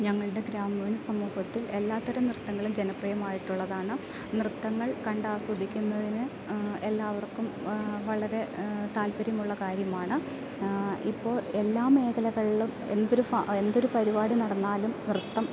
ഞങ്ങളുടെ ഗ്രാമീണ സമൂഹത്തിൽ എല്ലാതരം നൃത്തങ്ങളും ജനപ്രിയം ആയിട്ടുള്ളതാണ് നൃത്തങ്ങൾ കണ്ടു ആസ്വദിക്കുന്നതിന് എല്ലാവർക്കും വളരെ താൽപ്പര്യമുള്ള കാര്യമാണ് ഇപ്പോൾ എല്ലാ മേഖലകളിൽ എന്തൊരു എന്തൊരു പരിപാടി നടന്നാലും നൃത്തം